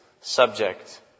subject